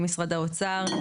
עם משרד האוצר,